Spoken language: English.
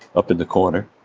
up in the corner.